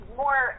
more